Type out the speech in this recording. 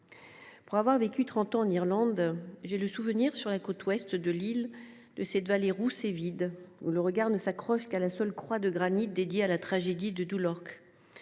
Pour avoir vécu 30 en Irlande. J'ai le souvenir sur la côte ouest de l'île de cette vallée roux c'est vide où le regard ne s'accroche qu'à la seule croix de granit dédié à la tragédie de, d'où